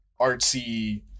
artsy